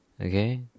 Okay